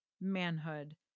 manhood